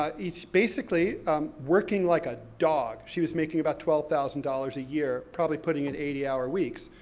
ah it's basically working like a dog, she was making about twelve thousand dollars a year, probably putting in eighty hour weeks.